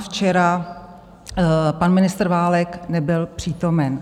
Včera pan ministr Válek nebyl přítomen.